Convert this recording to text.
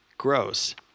Gross